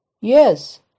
Yes